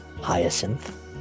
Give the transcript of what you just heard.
hyacinth